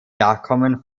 nachkommen